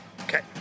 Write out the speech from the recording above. Okay